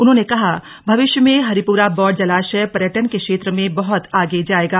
उन्होंने कहा भविष्य में हरिपुरा बौर जलाशय पर्यटन के क्षेत्र में बहत आगे जायेगा